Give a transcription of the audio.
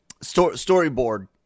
storyboard